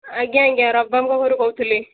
ଆଜ୍ଞା ଆଜ୍ଞା ରବି ବାବୁଙ୍କ ଘରୁ କହୁଥିଲି